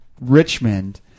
Richmond